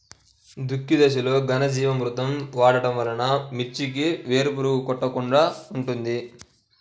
దుక్కి దశలో ఘనజీవామృతం వాడటం వలన మిర్చికి వేలు పురుగు కొట్టకుండా ఉంటుంది?